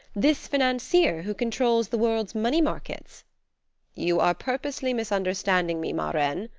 this financier, who controls the world's money markets you are purposely misunderstanding me, ma reine.